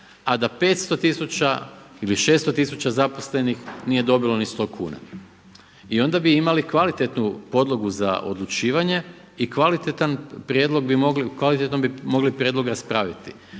a da 500 tisuća ili 600 tisuća zaposlenih nije dobilo ni 100 kuna i onda bi imali kvalitetnu podlogu za odlučivanje i kvalitetno bi mogli prijedlog raspraviti.